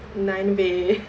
nineveh